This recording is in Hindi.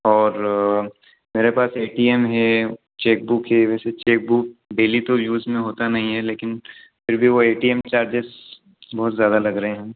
और मेरे पास एटीएम है चेकबुक है वैसे चेकबुक डेली तो यूज़ में होता नहीं है लेकिन फिर भी वे एटीएम चार्जेज़ बहुत ही ज़्यादा लग रहे हैं